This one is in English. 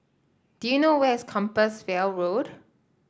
do you know where is Compassvale Road